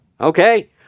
Okay